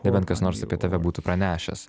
nebent kas nors apie tave būtų pranešęs